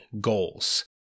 goals